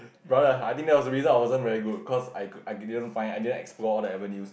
brother I think that was the reason I wasn't very good cause I I I didn't find I didn't explore the avenues